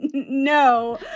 no.